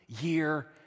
year